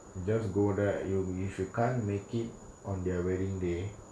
just go there you you should can't make it on their wedding day